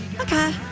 okay